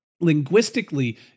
linguistically